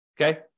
okay